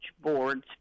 boards